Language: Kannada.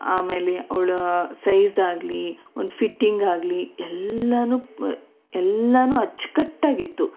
ಆಮೇಲೆ ಅವಳ ಸೈಝಾಗಲಿ ಒಂದು ಫಿಟ್ಟಿಂಗಾಗಲಿ ಎಲ್ಲಾ ಎಲ್ಲಾ ಅಚ್ಕಟ್ಟಾಗಿತ್ತು